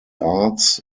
arts